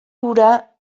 hura